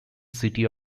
city